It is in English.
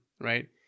right